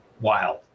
wild